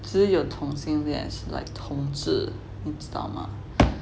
只有同性恋 like 同志你知道吗